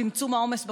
צמצום העומס בכבישים.